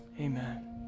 Amen